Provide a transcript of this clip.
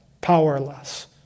Powerless